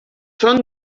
són